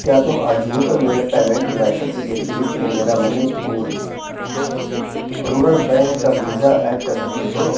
کیا تم آجیو پر میرے پیمینٹ میتھڈز کی فہرست میں میرا منی پور رورل بینک کا ویزا ایڈ کر سکتے ہو